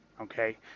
okay